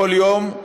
כל יום,